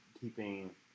keeping